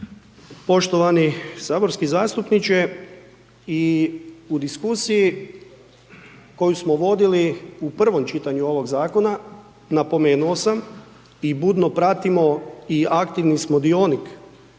Poštovani saborski zastupniče, i u diskusiji koju smo vodili u prvom čitanju ovog zakona, napomenuo sam i budno pratimo i aktivni smo dionik